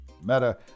Meta